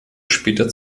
später